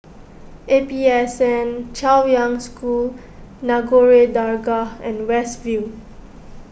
A P S N Chaoyang School Nagore Dargah and West View